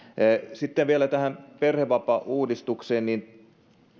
sitten vielä tähän perhevapaauudistukseen